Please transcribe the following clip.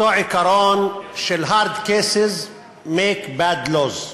עיקרון של Hard cases make bad law,